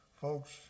Folks